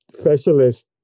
specialist